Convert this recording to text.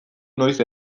noiz